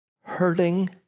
hurting